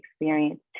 experience